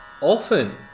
Often